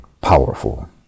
powerful